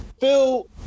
Phil